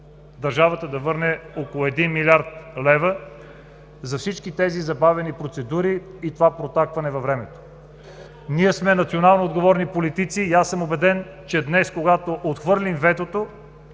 държавата да върне около един милиард лева за всички тези забавени процедури и това протакване във времето. Ние сме национално отговорни политици и аз съм убеден, че днес, когато отхвърлим ветото,